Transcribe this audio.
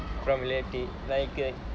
from reality like it